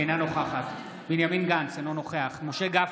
אינה נוכחת בנימין גנץ, אינו נוכח משה גפני,